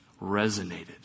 resonated